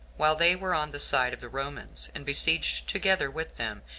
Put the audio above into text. while they were on the side of the romans, and besieged together with them,